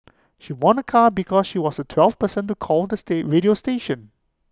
she won A car because she was twelfth person to call the state radio station